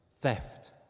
theft